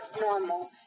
normal